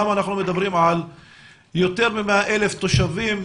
אנחנו מדברים על יותר מ-100,000 תושבים,